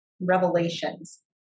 revelations